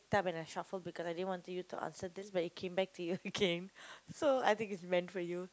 that when I shuffle because I didn't want you to answer this but it came back to you again so I think it's meant for you